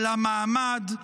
על המעמד,